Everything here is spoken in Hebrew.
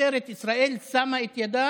משטרת ישראל שמה את ידה